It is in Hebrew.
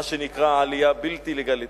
מה שנקרא עלייה בלתי לגלית.